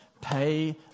Pay